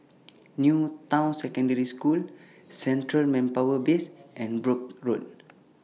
New Town Secondary School Central Manpower Base and Brooke Road